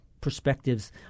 perspectives